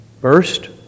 First